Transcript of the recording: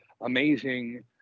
amazing